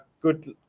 good